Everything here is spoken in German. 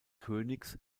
königs